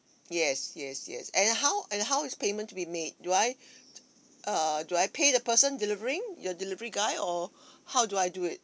yes yes yes and how and how is payment to be made do I err do I pay the person delivering your delivery guy or how do I do it